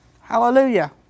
Hallelujah